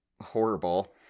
horrible